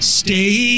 stay